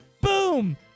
boom